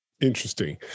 Interesting